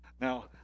Now